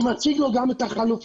מציג לו גם את החלופות.